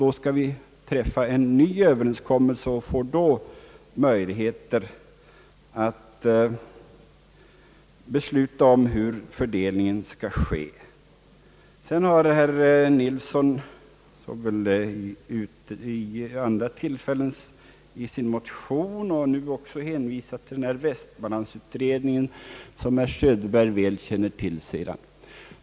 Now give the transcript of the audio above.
Då skall det träffas en ny överenskommelse, och då får vi möjligheter att besluta om hur fördelningen skall ske. Herr Nilsson har vid andra tillfällen hänvisat till Västmanlandsutredningen — »som herr Söderberg väl känner till», säger han.